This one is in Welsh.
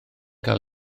cael